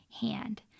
hand